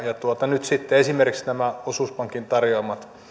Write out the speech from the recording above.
nyt sitten esimerkiksi nämä osuuspankin tarjoamat